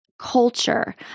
culture